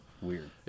Weird